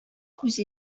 күз